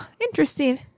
Interesting